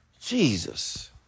Jesus